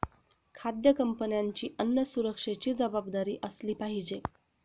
खाद्य कंपन्यांची अन्न सुरक्षेची जबाबदारी असली पाहिजे